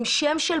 עם שם של